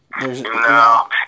no